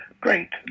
great